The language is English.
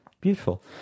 beautiful